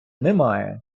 немає